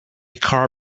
car